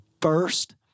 first